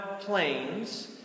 planes